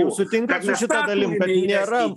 sutinkat su šita dalim kad nėra